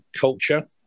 culture